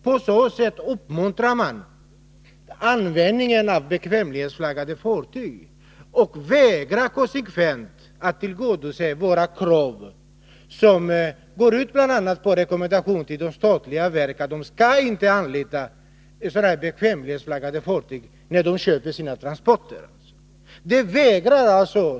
På så sätt uppmuntrar man användningen av bekvämlighetsflagg och vägrar konsekvent att tillgodose våra krav som bl.a. går ut på en rekommendation till statliga verk att de inte skall anlita bekvämlighetsflaggade fartyg när de köper sina tränsporter.